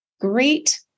great